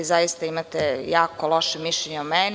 Zaista imate jako loše mišljenje o meni.